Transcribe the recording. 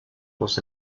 was